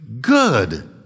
good